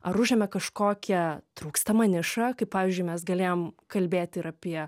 ar užėmė kažkokią trūkstamą nišą kaip pavyzdžiui mes galėjom kalbėti ir apie